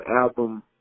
album